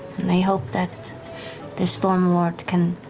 and i hope that the stormlord can